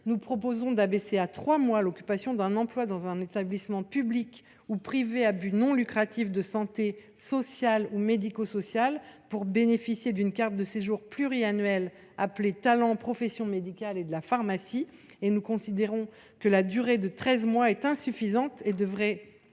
nous proposons d’abaisser à trois mois l’occupation d’un emploi dans un établissement public ou privé à but non lucratif de santé, social ou médico social, pour bénéficier d’une carte de séjour pluriannuelle nommée « talent professions médicales et de la pharmacie »,